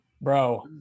Bro